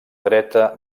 dreta